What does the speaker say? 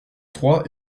trois